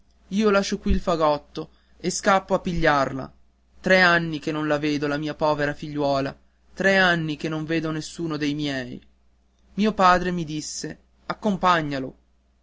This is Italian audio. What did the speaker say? io lascio qui il fagotto e scappo a pigliarla tre anni che non la vedo la mia povera figliuola tre anni che non vedo nessuno dei miei mio padre mi disse accompagnalo